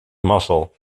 mazzel